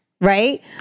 right